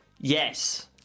Yes